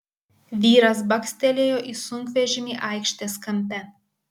vyras bakstelėjo į sunkvežimį aikštės kampe